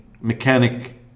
mechanic